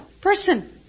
person